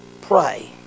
pray